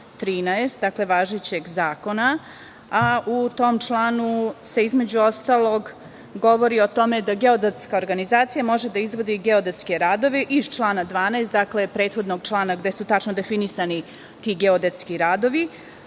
13. važećeg zakona. U tom članu se, između ostalog, govori o tome da geodetska organizacija može da izvodi geodetske radove iz člana 12, dakle prethodnog člana, gde su tačno definisani ti geodetski radovi,